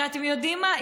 ואתם יודעים מה,